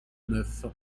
neuf